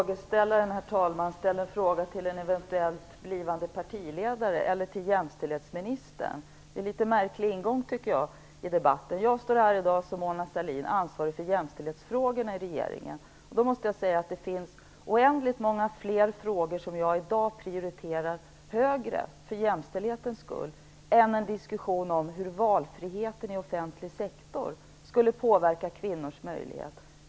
Herr talman! Jag vet inte om frågeställaren ställer en fråga till en eventuellt blivande partiledare eller till jämställdhetsminstern. Det är en litet märklig ingång i debatten. Jag står här som Mona Sahlin, ansvarig för jämställdhetsfrågorna i regeringen. Jag måste säga att det finns oändligt många frågor som jag i dag prioriterar högre för jämställdhetens skull än en diskussion om hur valfriheten i den offentliga sektorn skulle påverka kvinnors möjligheter.